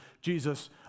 Jesus